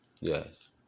Yes